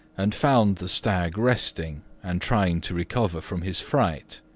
and found the stag resting and trying to recover from his fright.